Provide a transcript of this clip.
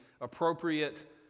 appropriate